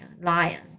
lion